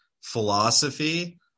philosophy